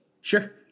Sure